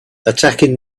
attacking